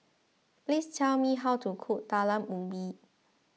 please tell me how to cook Talam Ubi